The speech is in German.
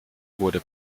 wurde